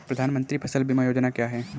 प्रधानमंत्री फसल बीमा योजना क्या है?